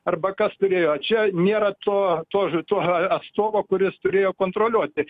arba kas turėjo čia nėra to tuož tuo atstovo kuris turėjo kontroliuoti